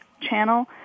channel